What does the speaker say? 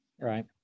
Right